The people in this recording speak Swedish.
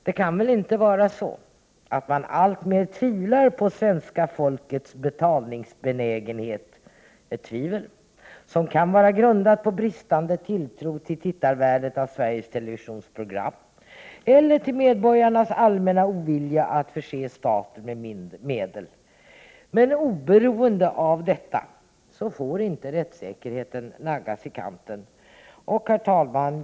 Det kan väl inte vara så att man alltmer tvivlar på svenska folkets betalningsbenägenhet— ett tvivel som kan vara grundat på bristande tilltro till tittarvärdet av Sveriges televisions program eller till medborgarnas allmänna ovilja att förse staten med medel. Oberoende av detta får inte rättssäkerheten naggas i kanten. Herr talman!